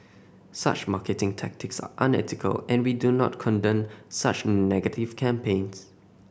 such marketing tactics are unethical and we do not condone such negative campaigns